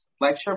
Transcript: lecture